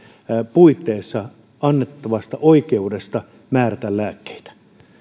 puitteissa annettavasta oikeudesta määrätä lääkkeitä